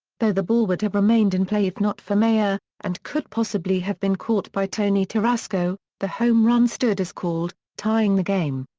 though the ball would have remained in play if not for maier, and could possibly have been caught by tony tarasco, the home run stood as called, tying the game.